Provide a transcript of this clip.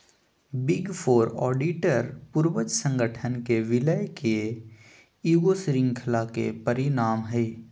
big four auditor पूर्वज संगठन के विलय के ईगो श्रृंखला के परिणाम हइ